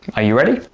are you ready?